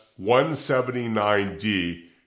179D